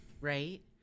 Right